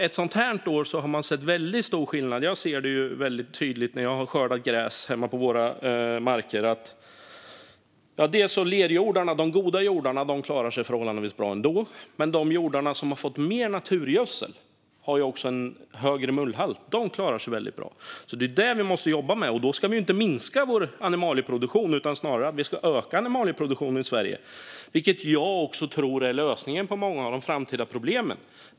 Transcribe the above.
Ett år som detta har man sett väldigt stor skillnad; jag har sett det tydligt när jag har skördat gräs hemma på markerna. Lerjordarna - de goda jordarna - klarar sig förhållandevis bra ändå, men de jordar som har fått mer naturgödsel har också en högre mullhalt och klarar sig väldigt bra. Det är detta vi måste jobba med, och då ska vi inte minska vår animalieproduktion utan snarare öka den. Jag tror att detta är lösningen på många av de framtida problemen.